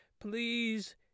please